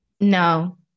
no